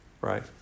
right